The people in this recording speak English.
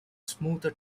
smoother